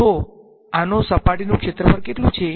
તો આનો સપાટીનું ક્ષેત્રફળ કેટલુ છે